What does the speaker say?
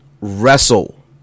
wrestle